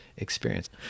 experience